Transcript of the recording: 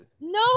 No